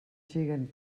siguen